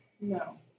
No